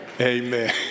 Amen